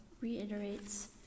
reiterates